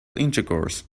intercourse